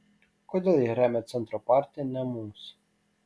kodėl jie remia centro partiją ne mus